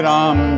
Ram